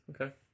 Okay